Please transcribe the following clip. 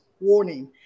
Warning